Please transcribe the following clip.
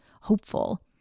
hopeful